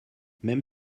même